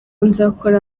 nzakora